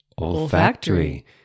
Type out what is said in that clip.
Olfactory